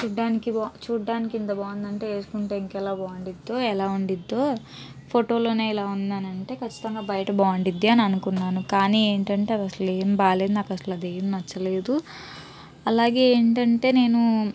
చూడడానికి బా చూడడానికి ఇంత బాగుందంటే వేసుకుంటే ఇంకెలా బావుండిద్దో ఎలా ఉండిద్దో ఫొటోలోనే ఇలా ఉందని అని అంటే ఖచ్చితంగా బయట బావుండిద్ది అని అనుకున్నాను కానీ ఏంటంటే అది అసలు ఏం బాగలేదు నాకది అసలు ఏం నచ్చలేదు అలాగే ఏంటంటే నేను